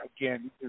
again